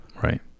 Right